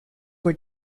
were